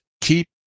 keep